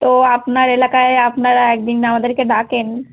তো আপনার এলাকায় আপনারা এক দিন আমাদেরকে ডাকেন